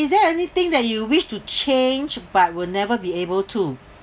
is there anything that you wish to change but will never be able to